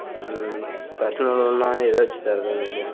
ம் பெர்ஸ்னல் லோன்னால் எதை வச்சு தர்றது உங்களுக்கு